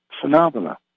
phenomena